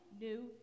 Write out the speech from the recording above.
new